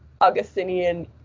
augustinian